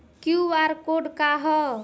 QR code का ह?